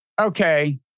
Okay